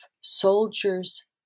soldiers